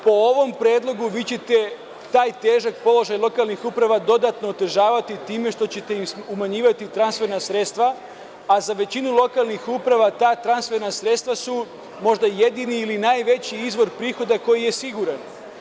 Po ovom predlogu vi ćete taj težak položaj lokalnih uprava dodatno utežavati time što ćete im umanjivati transferna sredstva, a za većinu lokalnih uprava ta transferna sredstava su možda jedini ili najveći izvor prihoda koji je siguran.